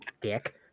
dick